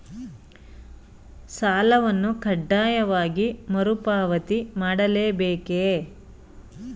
ಸಾಲವನ್ನು ಕಡ್ಡಾಯವಾಗಿ ಮರುಪಾವತಿ ಮಾಡಲೇ ಬೇಕೇ?